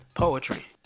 poetry